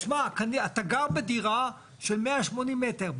תשמע אה גר בדירה של 180 מטר.